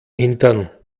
hintern